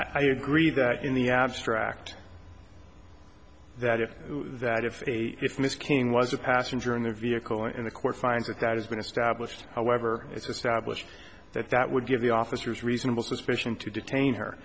i agree that in the abstract that if that if if miss king was a passenger in the vehicle and the court finds that that has been established however it's established that that would give the officers reasonable suspicion to detain her